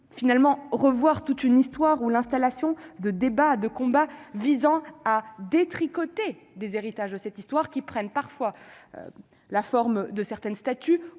finalement revoir toute une histoire ou l'installation de débats de combat visant à détricoter des héritages de cette histoire qui prennent parfois la forme de certaines statues